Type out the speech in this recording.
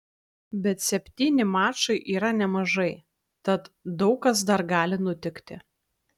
bet septyni mačai yra nemažai tad daug kas dar gali nutikti